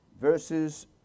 verses